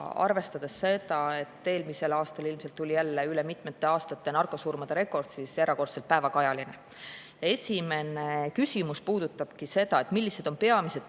arvestades seda, et eelmisel aastal tuli ilmselt jälle üle mitmete aastate narkosurmade rekord, on see erakordselt päevakajaline. Esimene küsimus puudutabki seda, millised on peamised